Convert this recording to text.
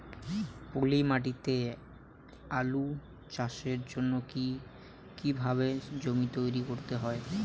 পলি মাটি তে আলু চাষের জন্যে কি কিভাবে জমি তৈরি করতে হয়?